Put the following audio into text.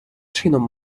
чином